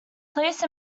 police